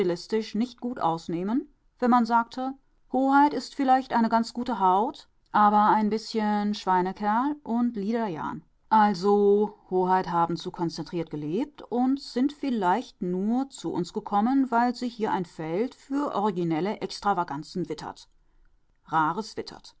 nicht gut ausnehmen wenn man sagte hoheit ist vielleicht eine ganz gute haut aber ein bißchen schweinekerl und liederjan also hoheit haben zu konzentriert gelebt und sind vielleicht nur zu uns gekommen weil sie hier ein feld für originelle extravaganzen wittert